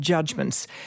Judgments